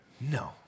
No